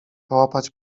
połapać